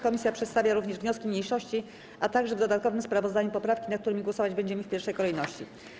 Komisja przedstawia również wnioski mniejszości, a także w dodatkowym sprawozdaniu poprawki, nad którymi głosować będziemy w pierwszej kolejności.